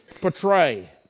portray